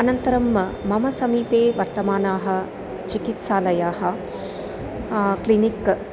अनन्तरं मम समीपे वर्तमानाः चिकित्सालयाः क्लिनिक्